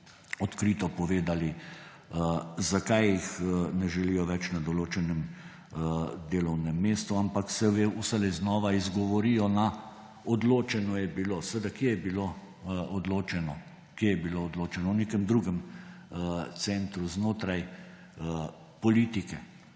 odkrito povedali, zakaj jih ne želijo več na določenem delovnem mestu, ampak se vselej znova izgovorijo na »odločeno je bilo …« Kje je bilo odločeno? Kje je bilo odločeno? V nekem drugem centru znotraj politike.